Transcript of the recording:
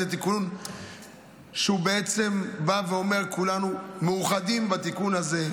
זה תיקון שבעצם אומר: כולנו מאוחדים בתיקון הזה,